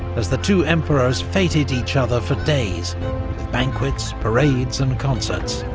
as the two emperors feted each other for days, with banquets, parades and concerts,